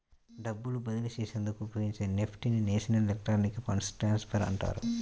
డబ్బు బదిలీ చేసేందుకు ఉపయోగించే నెఫ్ట్ ని నేషనల్ ఎలక్ట్రానిక్ ఫండ్ ట్రాన్స్ఫర్ అంటారు